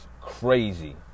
crazy